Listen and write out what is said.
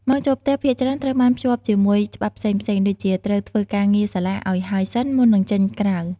ម៉ោងចូលផ្ទះភាគច្រើនត្រូវបានភ្ជាប់ជាមួយច្បាប់ផ្សេងៗ ដូចជាត្រូវធ្វើការងារសាលាឱ្យហើយសិន មុននឹងចេញក្រៅ។